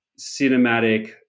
cinematic